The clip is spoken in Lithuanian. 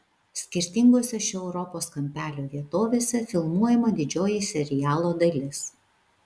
skirtingose šio europos kampelio vietovėse filmuojama didžioji serialo dalis